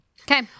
Okay